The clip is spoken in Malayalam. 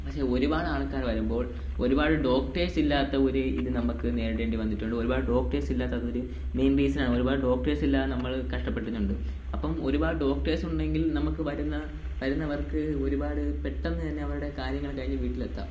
പക്ഷേ ഒരുപാട് ആൾക്കാര് വരുമ്പോൾ ഒരുപാട് ഡോക്ടേഴ്സ് ഇല്ലാത്ത ഒരു ഇതു നമ്മള്ക്ക് നേരിടണ്ടി വന്നിട്ടുണ്ട് ഒരുപാട് ഡോക്ടേഴ്സ് ഇല്ലാത്ത അത് ഒരു മെയിൻ റീസണാണ് ഒരുപാട് ഡോക്ടേഴ്സ് ഇല്ല നമ്മൾ കഷ്ടപ്പെട്ടിട്ടുണ്ട് അപ്പോള് ഒരുപാട് ഡോക്ടേഴ്സ് ഉണ്ടെങ്കിൽ നമ്മള്ക്ക് വരുന്നവർക്ക് ഒരുപാട് പെട്ടെന്നുതന്നെ അവരുടെ കാര്യങ്ങൾ കഴിഞ്ഞു വീട്ടിലെത്താം